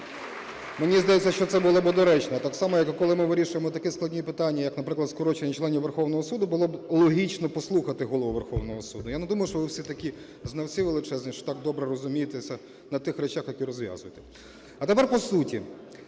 Мені здається, що це було би доречно, так само, як і коли ми вирішуємо такі складні питання, як, наприклад, скорочення членів Верховного Суду, було би логічно послухати Голову Верховного Суду. Я не думаю, що ви всі такі знавці величезні, що так добре розумієтеся на тих речах, які розв'язуєте. А тепер по суті.